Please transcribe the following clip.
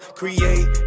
create